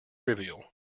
trivial